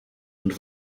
und